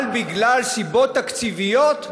אבל מסיבות תקציביות,